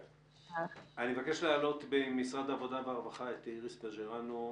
אני מבקש להעלות ממשרד העבודה והרווחה את איריס בז'רנו,